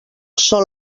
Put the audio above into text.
són